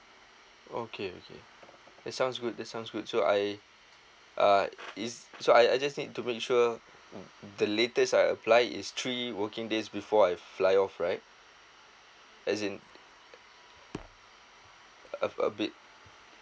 okay okay that sounds good that sounds good so I uh is so I I just need to make sure the latest I apply is three working days before I fly off right as in a a bit